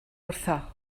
wrtho